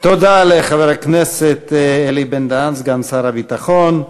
תודה לחבר הכנסת אלי בן-דהן, סגן שר הביטחון.